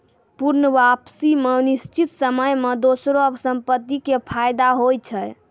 पूर्ण वापसी मे निश्चित समय मे दोसरो संपत्ति के फायदा होय छै